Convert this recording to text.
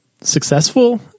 successful